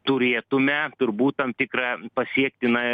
turėtume turbūt tam tikrą pasiekti na